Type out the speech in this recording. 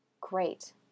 Great